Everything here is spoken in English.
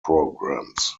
programs